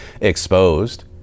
exposed